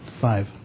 Five